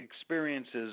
experiences